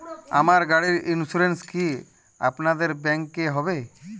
আমার গাড়ির ইন্সুরেন্স কি আপনাদের ব্যাংক এ হবে?